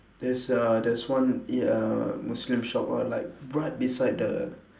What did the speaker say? there's uh there's one ya muslim shop or like right beside the